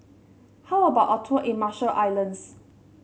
how about a tour in Marshall Islands